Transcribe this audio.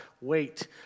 wait